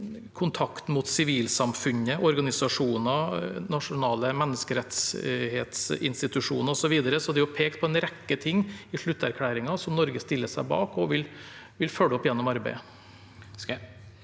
kontakt med sivilsamfunnet, organisasjoner, nasjonale menneskerettighetsinstitusjoner osv., er det pekt på en rekke ting i slutterklæringen som Norge stiller seg bak og vil følge opp gjennom arbeidet.